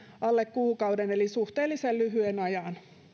alle kuukauden eli suhteellisen lyhyen ajan